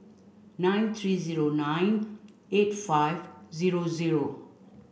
nine three zero nine eight five zero zero